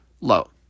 low